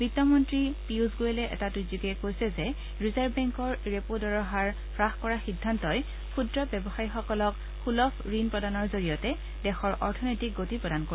বিত্তমন্নী পীয়ুষ গোৱেলে এটা টুইট যোগে কৈছে যে ৰিজাৰ্ভ বেংকৰ ৰেপো দৰৰ হাৰ হ্ৰাস কৰা সিদ্ধান্তই ক্ষুদ্ৰ ব্যৱসায়ীসকলক সুলভ ঋণ প্ৰদানৰ জৰিয়তে দেশৰ অৰ্থনীতিক গতি প্ৰদান কৰিব